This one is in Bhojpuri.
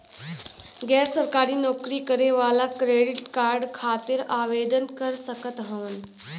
गैर सरकारी नौकरी करें वाला क्रेडिट कार्ड खातिर आवेदन कर सकत हवन?